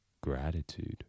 gratitude